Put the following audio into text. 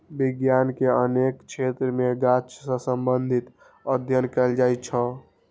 विज्ञान के अनेक क्षेत्र मे गाछ सं संबंधित अध्ययन कैल जाइ छै